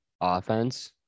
offense